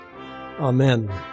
amen